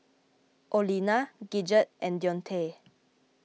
Olena Gidget and Deontae